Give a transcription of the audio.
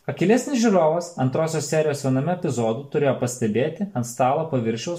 akylesnis žiūrovas antrosios serijos viename epizodų turėjo pastebėti ant stalo paviršiaus